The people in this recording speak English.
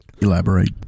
Elaborate